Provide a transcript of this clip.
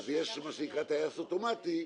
יש מה שנקרא טייס אוטומטי,